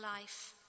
life